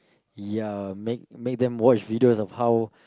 ya make make them watch videos of how